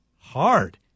hard